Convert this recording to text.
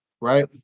right